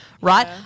right